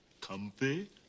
Comfy